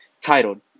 titled